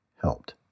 helped